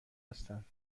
هستند